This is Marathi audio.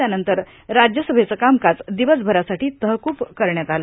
त्यानंतर राज्यसभेचं कामकाज दिवसभरासाठी तहकूब करण्यात आलं